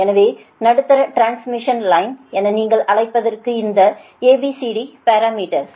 எனவே நடுத்தர transmission line என நீங்கள் அழைப்பதற்க்கு இந்த ABCD பாரமீட்டர்ஸ்